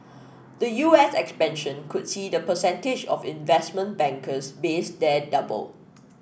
the U S expansion could see the percentage of investment bankers based there double